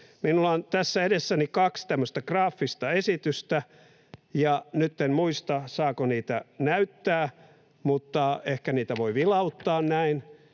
Minulla on tässä edessäni kaksi tämmöistä graafista esitystä, ja nyt en muista, saako niitä näyttää, mutta ehkä niitä voi vilauttaa näin.